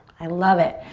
i love it.